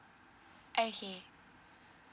okay